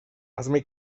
hazme